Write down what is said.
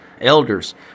elders